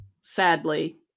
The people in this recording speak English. sadly